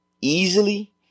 easily